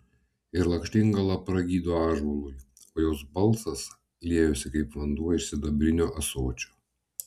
ir lakštingala pragydo ąžuolui o jos balsas liejosi kaip vanduo iš sidabrinio ąsočio